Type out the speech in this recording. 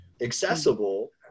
accessible